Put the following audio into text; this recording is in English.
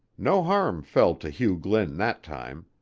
no harm fell to hugh glynn that time.